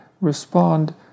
respond